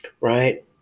right